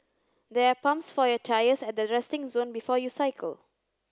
there are pumps for your tyres at the resting zone before you cycle